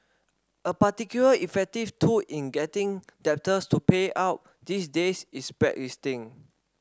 a particularly effective tool in getting debtors to pay up these days is blacklisting